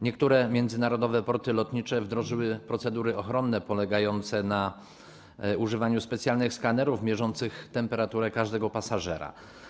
Niektóre międzynarodowe porty lotnicze wdrożyły procedury ochronne polegające na używaniu specjalnych skanerów mierzących temperaturę ciała każdego pasażera.